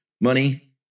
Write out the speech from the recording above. Money